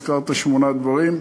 הזכרת שמונה דברים,